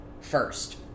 first